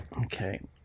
Okay